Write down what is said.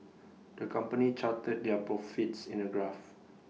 the company charted their profits in A graph